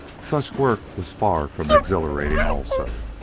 such work was far from exhilarating also,